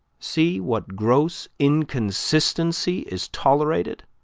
see what gross inconsistency is tolerated.